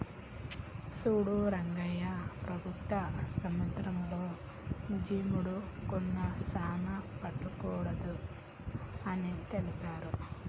సూడు రంగయ్య ప్రభుత్వం సముద్రాలలో జియోడక్లను సానా పట్టకూడదు అని తెలిపారు